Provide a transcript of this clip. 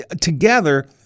together